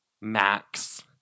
Max